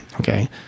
Okay